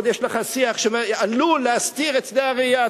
יש לך שיח שעלול להסתיר את שדה הראייה,